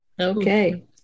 Okay